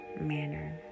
manner